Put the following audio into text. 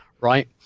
Right